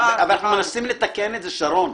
אבל אנחנו מנסים לתקן את זה, שרון.